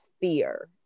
fear